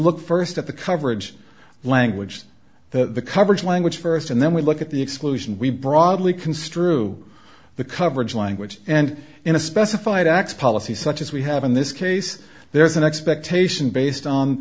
look first at the coverage language the coverage language first and then we look at the exclusion we broadly construe the coverage language and in a specified acts policy such as we have in this case there is an expectation based on